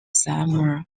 summer